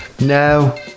no